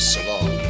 Salon